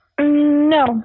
No